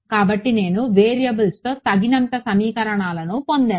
కాబట్టి నేను వేరియబుల్స్లో తగినంత సమీకరణాలను పొందాను